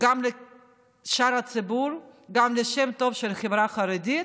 גם לשאר הציבור, גם לשם הטוב של החברה החרדית